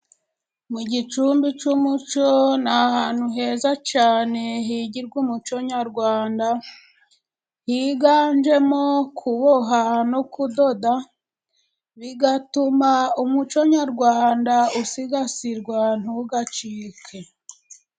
Mu gicumbi cy'umuco ni ahantu heza cyane higirwa umuco nyarwanda, higanjemo kubohaha no kudoda ,bigatuma umuco nyarwanda usigasirwa ntugacike.